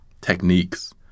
techniques